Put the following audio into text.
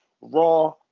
raw